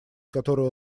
которой